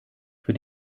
für